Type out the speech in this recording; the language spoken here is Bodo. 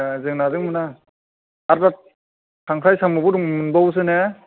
ए जोंनिजों मोना आरो बे खांख्राइ साम'बो मोनबावोसो ने